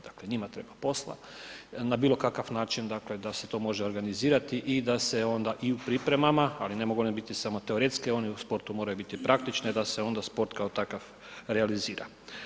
Dakle, njima treba posla, na bilo kakav način, dakle da se to može organizirati i da se onda i u pripremama, ali ne mogu one biti samo teoretske, one u sportu moraju bit i praktične da se onda sport kao takav realizira.